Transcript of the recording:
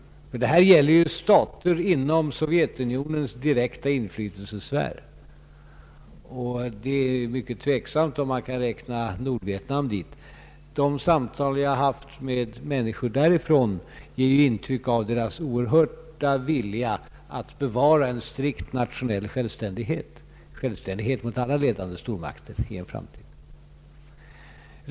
Det gäller ju i fråga om Brezjnevdoktrinen stater inom Sovjetunionens direkta inflytelsesfär, och det är mycket tveksamt om man kan räkna Nordvietnam dit. De samtal jag haft med människor därifrån har gett intryck av deras oerhörda vilja att bevara en strikt nationell självständighet, en självständighet mot alla ledande stormakter i en framtid.